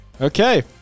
Okay